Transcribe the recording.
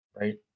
right